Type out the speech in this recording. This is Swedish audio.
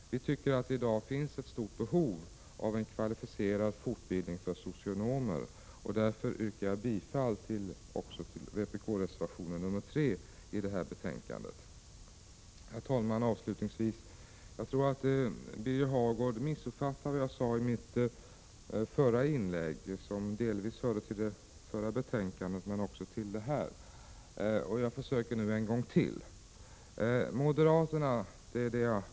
Vi anser att det i dag finns ett stort behov av en kvalificerad fortbildning för socionomer. Därför yrkar jag bifall till vpk-reservationen 3 i detta betänkande. Herr talman! Jag tror att Birger Hagård missuppfattade vad jag sade i mitt förra inlägg, som hörde till det förra betänkandet men som också hör till detta betänkande. Jag försöker nu en gång till förklara vad jag menade.